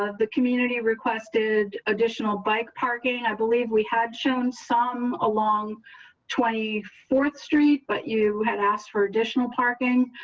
the community requested additional bike parking, i believe we had shown some along twenty fourth street, but you had asked for additional parking